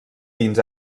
dins